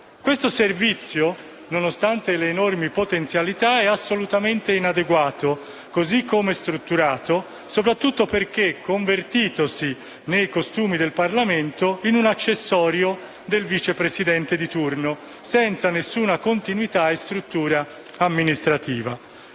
Questo servizio, nonostante le enormi potenzialità, è assolutamente inadeguato così come strutturato, soprattutto perché convertitosi, nei costumi del Parlamento, in un accessorio del Vice Presidente di turno, senza alcuna continuità e struttura amministrativa